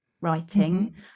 writing